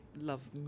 love